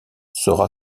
sera